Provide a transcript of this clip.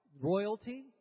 Royalty